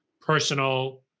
personal